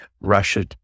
Russia